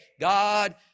God